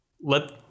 Let